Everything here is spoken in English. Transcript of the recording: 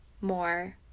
more